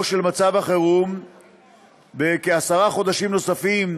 של מצב החירום בכעשרה חודשים נוספים,